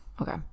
Okay